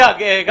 תגיד מה הבעיות.